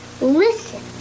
listen